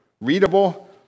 readable